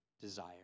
desire